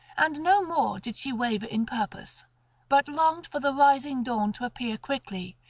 and no more did she waver in purpose but longed for the rising dawn to appear quickly,